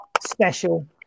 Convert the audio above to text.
special